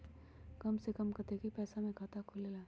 कम से कम कतेइक पैसा में खाता खुलेला?